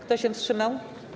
Kto się wstrzymał?